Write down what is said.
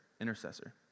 intercessor